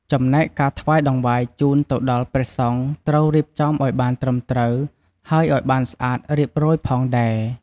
ចំណែកការការថ្វាយតង្វាយជូនទៅដល់ព្រះសង្ឃត្រូវរៀបចំអោយបានត្រឺមត្រូវហើយអោយានស្អាតរៀបរយផងដែរ។